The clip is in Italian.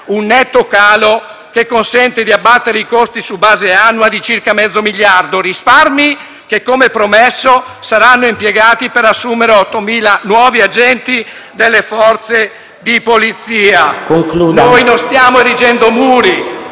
un netto calo che consente di abbattere i costi su base annua di circa mezzo miliardo. Si tratta di risparmi che, come promesso, saranno impiegati per assumere 8.000 nuovi agenti delle Forze di polizia. PRESIDENTE. Concluda.